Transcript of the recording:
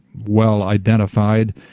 well-identified